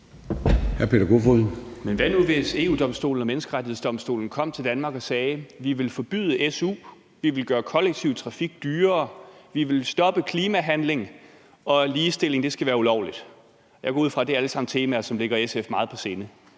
Hvad nu hvis EU-Domstolen og Menneskerettighedsdomstolen kom til Danmark og sagde, at de ville forbyde su, gøre kollektiv trafik dyrere, stoppe klimahandling, og ligestilling skal være ulovligt? Jeg går ud fra, at det alle sammen er temaer, som ligger SF meget på sinde.